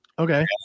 Okay